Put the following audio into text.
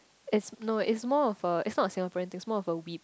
is no is more of a is not a Singaporean thing is more of a whip